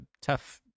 tough